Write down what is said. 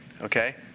Okay